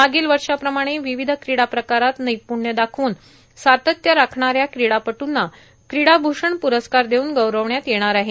मागील वर्षा प्रमाणे विविध क्रीडा प्रकारात नैपूण्य दाखवून सातत्य राखणाऱ्या क्रीडापटूंना क्रीडा भूषण प्रस्कार देऊन गौरविण्यात येणार आहे